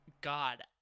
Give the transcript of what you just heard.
God